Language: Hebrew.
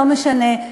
לא משנה.